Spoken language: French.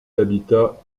habitats